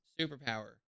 superpower